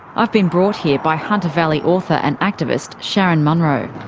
i've been brought here by hunter valley author and activist sharyn munro.